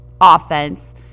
offense